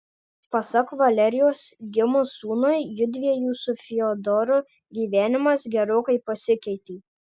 pasak valerijos gimus sūnui judviejų su fiodoru gyvenimas gerokai pasikeitė